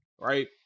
right